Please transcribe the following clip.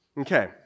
Okay